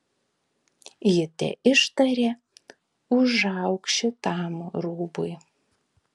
ji teištarė užauk šitam rūbui